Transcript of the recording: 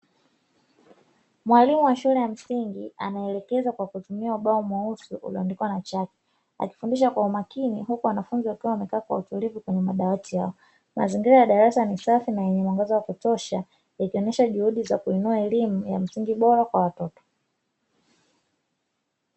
Mwalimu wa shule ya msingi anaelekeza kwa kutumia ubao mweusi ulio andikwa na chaki, akifundisha kwa umakini huku wanafunzi wakiwa wamekaa kwa utulivu kwenye madawati yao, mazingira ya darasa ni safi na yenye mwanga wa kutosha, ikionyesha juhudi za kuinua elimu ya msingi bora kwa watoto.